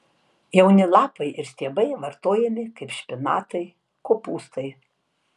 jauni lapai ir stiebai vartojami kaip špinatai kopūstai